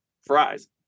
fries